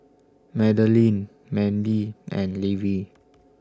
Madeline Manley and Levie